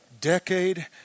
Decade